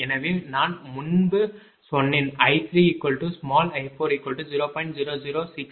எனவே நான் முன்பு சொன்னேன் I3i40